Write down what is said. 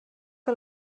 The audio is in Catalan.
que